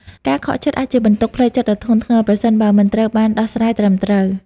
ការខកចិត្តអាចជាបន្ទុកផ្លូវចិត្តដ៏ធ្ងន់ធ្ងរ ប្រសិនបើមិនត្រូវបានដោះស្រាយត្រឹមត្រូវ។